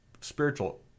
spiritual